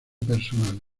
personal